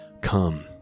come